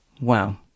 wow